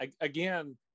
again